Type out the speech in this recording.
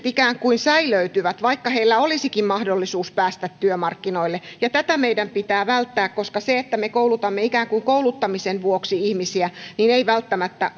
ikään kuin säilöytyvät vaikka heillä olisikin mahdollisuus päästä työmarkkinoille ja tätä meidän pitää välttää koska se että me koulutamme ikään kuin kouluttamisen vuoksi ihmisiä ei välttämättä